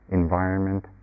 environment